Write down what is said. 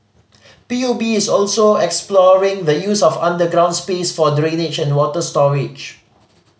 P U B is also exploring the use of underground space for drainage and water storage